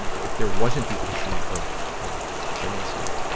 and if there wasn't the issue of, of jealousy,